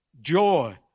joy